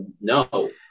no